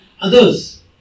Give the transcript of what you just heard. others